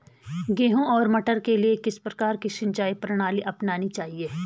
गेहूँ और मटर के लिए किस प्रकार की सिंचाई प्रणाली अपनानी चाहिये?